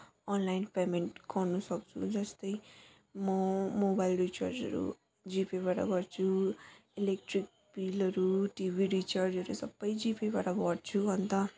online payment गर्नु सक्छु जस्तै म मोबाइल रिचार्जहरू जिपेबाट गर्छु इलेक्ट्रिक बिलहरू टिभी रिचार्जहरू सबै जिपेबाट गर्छु अनि त